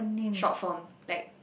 short form like